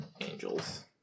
angels